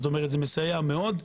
מסייע מאוד.